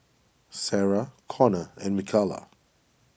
Sara Connor and Mikala